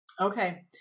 Okay